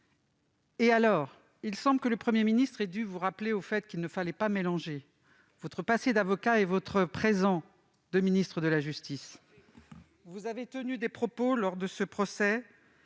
Et alors ? Il semble que le Premier ministre a dû vous rappeler qu'il ne fallait pas mélanger votre passé d'avocat et votre présent de ministre de la justice. Lors de ce procès,